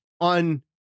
on